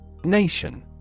Nation